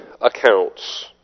accounts